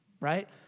right